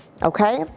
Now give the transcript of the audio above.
Okay